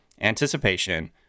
anticipation